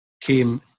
came